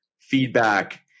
feedback